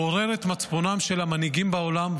הוא עורר את מצפונם של המנהיגים בעולם,